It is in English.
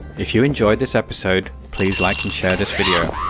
if you enjoyed this episode, please like and share this video,